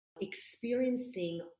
experiencing